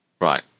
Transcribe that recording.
Right